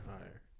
Higher